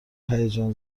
هیجان